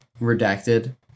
Redacted